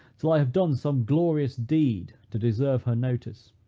till i have done some glorious deed to deserve her notice.